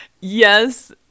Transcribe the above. yes